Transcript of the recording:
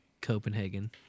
Copenhagen